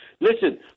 Listen